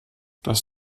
das